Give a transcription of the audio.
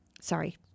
Sorry